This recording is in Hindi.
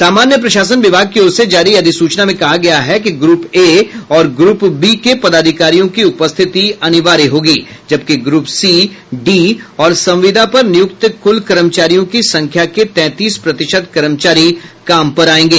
सामान्य प्रशासन विभाग की ओर से जारी अधिसूचना में कहा गया है कि ग्रूप ए और ग्रूप बी के पदाधिकारियों की उपस्थिति अनिवार्य होगी जबकि ग्रुप सी डी और संविदा पर नियुक्त कुल कर्मचारियों की संख्या के तैंतीस प्रतिशत कर्मचारी काम पर आयेंगे